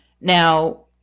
Now